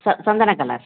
ச சந்தன கலர்